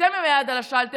כשאתם עם היד על השלטר,